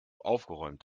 aufgeräumt